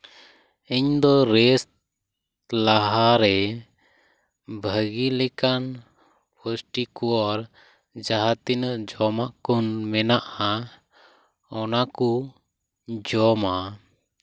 ᱤᱧ ᱫᱚ ᱨᱮᱥᱴ ᱞᱟᱦᱟᱨᱮ ᱵᱷᱟᱜᱮ ᱞᱮᱠᱟᱱ ᱯᱩᱥᱴᱤᱠᱚᱨ ᱡᱟᱦᱟᱸ ᱛᱤᱱᱟᱹᱜ ᱡᱚᱢᱟᱜ ᱠᱚ ᱢᱮᱱᱟᱜᱼᱟ ᱚᱱᱟ ᱠᱚ ᱡᱚᱢᱟ